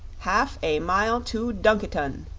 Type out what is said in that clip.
haf a myle to dunkiton.